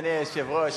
אדוני היושב-ראש,